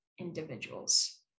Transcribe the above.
individuals